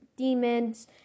demons